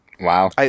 Wow